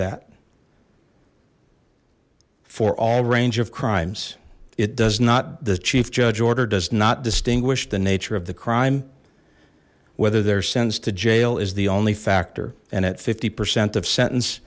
that for all range of crimes it does not the chief judge order does not distinguish the nature of the crime whether they're sends to jail is the only factor and at fifty percent of sentence